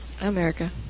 America